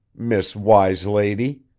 miss wise lady.